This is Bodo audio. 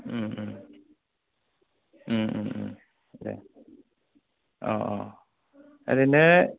दे अ अ ओरैनो